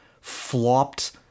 flopped